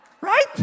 Right